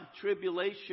tribulation